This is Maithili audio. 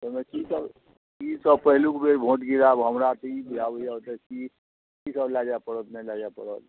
ओहिमे की सब की सब पहिलुक बेर भोँट गिराएब हमरा तऽ ई बुझाबैये ओतऽ की की सब लए जाय पड़त नहि लए जाय पड़त